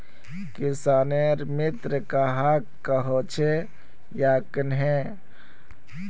किसानेर मित्र कहाक कोहचे आर कन्हे?